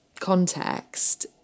context